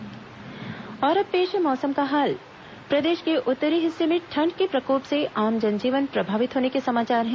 मौसम और पेश है मौसम का हाल प्रदेश के उत्तरी हिस्से में ठंड के प्रकोप से आम जनजीवन प्रभावित होने के समाचार है